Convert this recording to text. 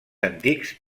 antics